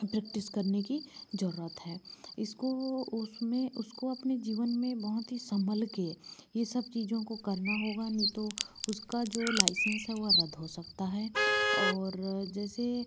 practice करने की ज़रूरत है इसको उसमें उसको अपने जीवन में बहुत ही सम्भल कर यह सब चीज़ों को करना होगा नहीं तो उसका जो लाइसेंस है वह रद्द हो सकता है और जैसे